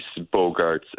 Bogarts